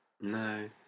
no